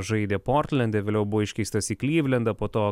žaidė portlende vėliau buvo iškeistas į klivlendą po to